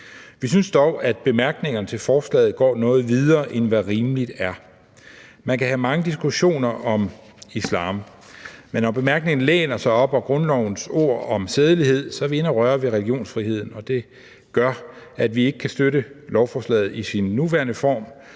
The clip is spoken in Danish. Vi synes dog, at bemærkningerne til forslaget går noget videre, end hvad rimeligt er. Man kan have mange diskussioner om islam, men når bemærkningerne læner sig op ad grundlovens ord om sædelighed, er vi inde og røre ved religionsfriheden, og det gør, at vi ikke kan støtte beslutningsforslaget i sin nuværende form,